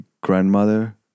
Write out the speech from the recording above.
grandmother